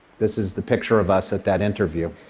this is the picture of us at that interview.